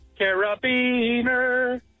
carabiner